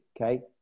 okay